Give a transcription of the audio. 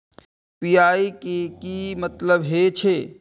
UPI के की मतलब हे छे?